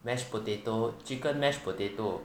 mashed potato chicken mashed potato